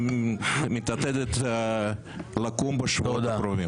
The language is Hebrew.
הקואליציה שמתעתדת לקום בשבועיים הקרובים.